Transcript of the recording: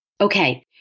Okay